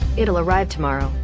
it will arrive tomorrow.